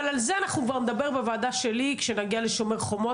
אבל על זה אנחנו כבר נדבר בוועדה שלי כשנגיע ל"שומר חומות",